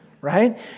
right